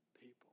people